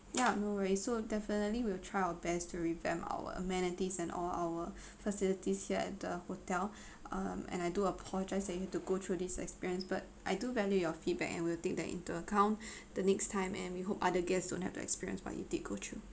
ya no worry so definitely will try our best to revamp our amenities and all our facilities here at the hotel um and I do apologise that you have to go through this experience but I do value your feedback and will take that into account the next time and we hope other guests don't have to experience what you did go through